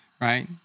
Right